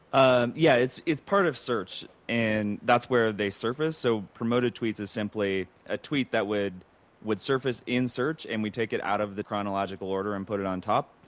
and yeah, it's it's part of search, and that's where they surface. so, promoted tweets is simply a tweet that would would surface in search, and we take it out of the chronological order and put it on top.